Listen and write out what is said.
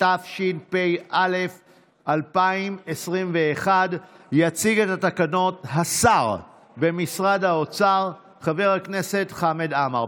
התשפ"א 2021. יציג את התקנות השר במשרד האוצר חבר הכנסת חמד עמאר,